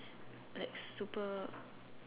like super